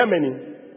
Germany